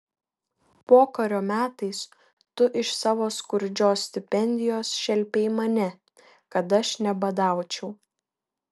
pokario metais tu iš savo skurdžios stipendijos šelpei mane kad aš nebadaučiau